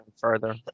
further